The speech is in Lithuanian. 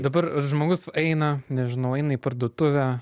dabar žmogus va eina nežinau eina į parduotuvę